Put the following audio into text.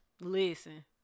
listen